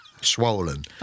swollen